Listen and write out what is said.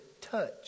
touch